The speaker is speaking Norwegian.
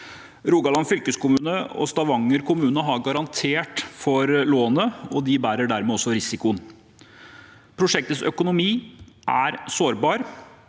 Rogaland fylkeskommune og Stavanger kommune har garantert for lånet, og de bærer dermed også risikoen. Prosjektets økonomi er sårbar.